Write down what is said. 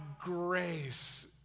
grace